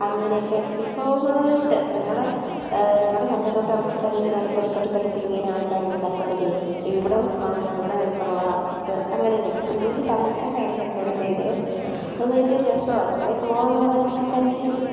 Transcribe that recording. അങ്ങനെയൊക്കെ വിഭവമായിട്ട് നമ്മളെ ഞങ്ങളുടെ ചന്തയിലോട്ടിറങ്ങുമ്പോൾ തന്നെ അടുത്തടുത്തടുത്ത് ഇങ്ങനെ ആൾക്കാർ ഇരുന്ന് കച്ചവടം ചെയ്യും ഇവിടെ വന്ന് വാങ്ങ് ഇവിടെ വിലക്കുറവാണ് അപ്പുറത്ത് അങ്ങനെയൊക്കെ കൂടുതലും തമിഴ്ക്കാരാണ് കച്ചവടം ചെയ്യുന്നത് അത് ഭയങ്കര രസമാണ് ചന്തേ പോകാമെന്ന് പറയുമ്പം തന്നെ ഒരു